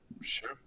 Sure